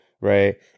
right